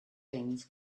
things